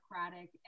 democratic